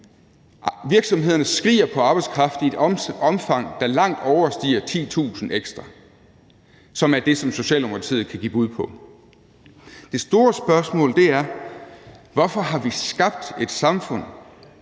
Virksomhederne skriger på arbejdskraft i et omfang, der langt overstiger 10.000 ekstra, som er det, som Socialdemokratiet kan give et bud på. Det store spørgsmål er: Hvorfor har vi skabt et samfund,